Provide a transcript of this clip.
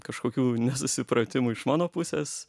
kažkokių nesusipratimų iš mano pusės